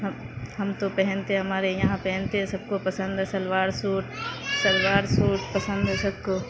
ہم ہم تو پہنتے ہیں ہمارے یہاں پہنتے ہیں سب کو پسند ہے شلوار سوٹ شلوار سوٹ پسند ہے سب کو